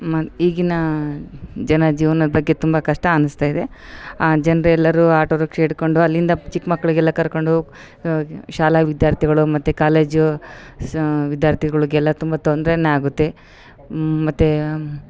ಮನ ಈಗಿನ ಜನ ಜೀವ್ನದ ಬಗ್ಗೆ ತುಂಬ ಕಷ್ಟ ಅನಿಸ್ತಾ ಇದೆ ಆ ಜನ್ರು ಎಲ್ಲರು ಆಟೋ ರಿಕ್ಷಾ ಹಿಡ್ಕೊಂಡು ಅಲ್ಲಿಂದ ಚಿಕ್ಕಮಕ್ಳಿಗೆಲ್ಲ ಕರ್ಕೊಂಡು ಶಾಲಾ ವಿದ್ಯಾರ್ಥಿಗಳು ಮತ್ತು ಕಾಲೇಜು ಸ್ ವಿದ್ಯಾರ್ಥಿಗಳಗೆಲ್ಲ ತುಂಬ ತೊಂದ್ರೆ ಆಗುತ್ತೆ ಮತ್ತು